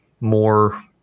more